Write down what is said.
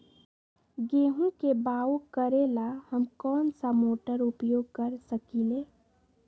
गेंहू के बाओ करेला हम कौन सा मोटर उपयोग कर सकींले?